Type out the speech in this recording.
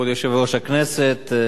כבוד יושב-ראש הכנסת,